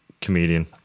comedian